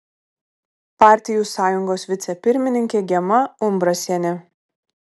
partijų sąjungos vicepirmininkė gema umbrasienė